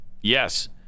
Yes